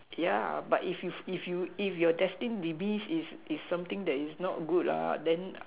yeah but if if if you if you're destined demise is is something that is not good ah then